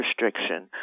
restriction